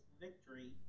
victory